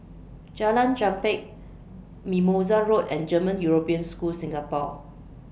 Jalan Chempah Mimosa Road and German European School Singapore